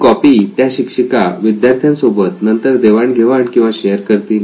ही copy त्या शिक्षिका विद्यार्थ्यांसोबत नंतर देवाण घेवाण किंवा शेअर करतील